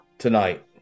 Tonight